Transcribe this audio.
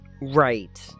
Right